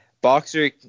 Boxer